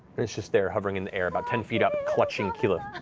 it's just there, hovering in the air, about ten feet up, clutching keyleth.